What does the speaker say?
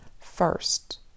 first